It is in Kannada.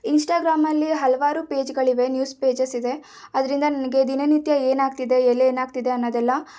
ಇನ್ಸ್ಟಾಗ್ರಾಮಲ್ಲಿ ಹಲವಾರು ಪೇಜ್ಗಳಿವೆ ನ್ಯೂಸ್ ಪೇಜಸ್ ಇದೆ ಅದರಿಂದ ನನಗೆ ದಿನನಿತ್ಯ ಏನಾಗ್ತಿದೆ ಎಲ್ಲಿ ಏನಾಗ್ತಿದೆ ಅನ್ನೋದೆಲ್ಲ